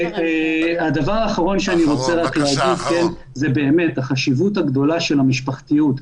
הדבר האחרון שאני רוצה להגיד הוא החשיבות הגדולה של המשפחתיות.